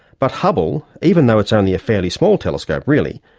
but hubble, even though it's only a fairly small telescope really,